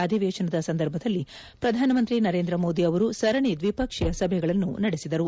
ಅಧಿವೇಶನದ ಸಂದರ್ಭದಲ್ಲಿ ಪ್ರಧಾನಮಂತಿ ನರೇಂದ ಮೋದಿ ಅವರು ಸರಣಿ ದ್ವಿಪಕ್ಷೀಯ ಸಭೆಗಳನ್ನು ನಡೆಸಿದರು